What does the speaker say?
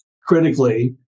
critically